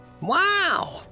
Wow